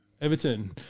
Everton